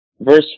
Verse